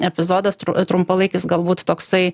epizodas trumpalaikis galbūt toksai